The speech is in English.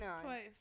twice